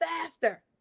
faster